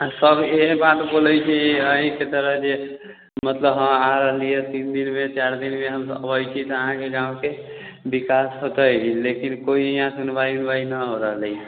आओर सब इएह बात बोलै छै अहीँके तरह जे मतलब हँ आ रहली हँ तीन दिनमे चार दिनमे हम अबै छी तऽ अहाँके गाँवके विकास होतै लेकिन कोइ हियाँ सुनवाइ उनवाइ नहि हो रहलै हइ